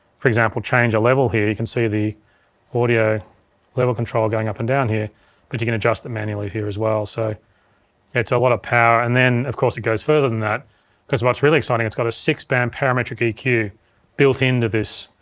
for example, change a level here you can see the audio level control going up and down here but you can adjust it manually here as well, so it's a lot of power. and then of course it goes further than that cause what's really exciting, it's got a six band parametric eq built into this,